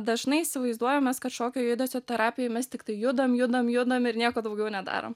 dažnai įsivaizduojam mes kad šokio judesio terapijoj mes tiktai judam judam judam ir nieko daugiau nedarom